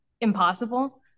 impossible